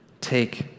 Take